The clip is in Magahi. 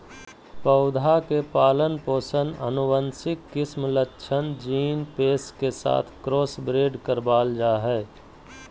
पौधा के पालन पोषण आनुवंशिक किस्म लक्षण जीन पेश के साथ क्रॉसब्रेड करबाल जा हइ